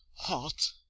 heart!